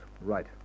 Right